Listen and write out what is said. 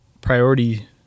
priority